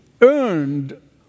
earned